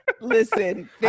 Listen